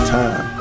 time